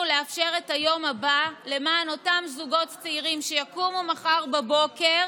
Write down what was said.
לאפשר את היום הבא למען אותם זוגות צעירים שיקומו מחר בבוקר,